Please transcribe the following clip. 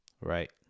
Right